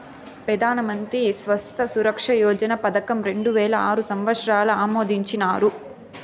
పెదానమంత్రి స్వాస్త్య సురక్ష యోజన పదకం రెండువేల ఆరు సంవత్సరంల ఆమోదించినారు